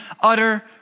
utter